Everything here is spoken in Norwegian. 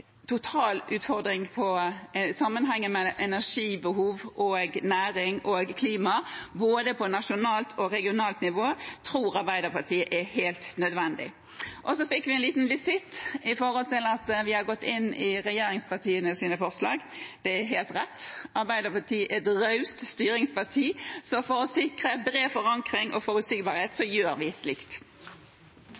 regionalt nivå, tror Arbeiderpartiet er helt nødvendig. Så fikk vi en liten visitt fordi vi har gått inn i regjeringspartienes forslag. Det er helt rett. Arbeiderpartiet er et raust styringsparti, og for å sikre bred forankring og forutsigbarhet